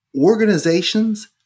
Organizations